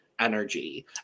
energy